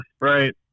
right